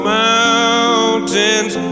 mountains